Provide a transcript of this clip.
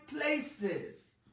places